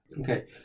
Okay